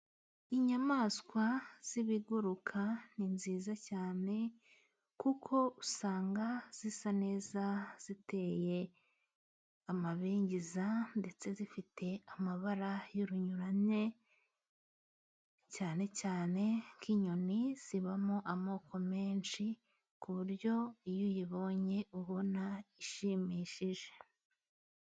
Inyamaswa z'ibiguruka ni nziza cyane, kuko usanga zisa neza, ziteye amabengeza ndetse zifite amabara y'urunyurane, cyane cyane nk'inyoni zibamo amoko menshi ku buryo iyo uyibonye ubona ishimishije.